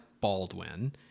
Baldwin